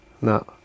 No